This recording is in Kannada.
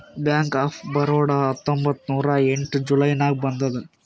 ಬ್ಯಾಂಕ್ ಆಫ್ ಬರೋಡಾ ಹತ್ತೊಂಬತ್ತ್ ನೂರಾ ಎಂಟ ಜುಲೈ ನಾಗ್ ಬಂದುದ್